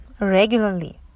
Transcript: regularly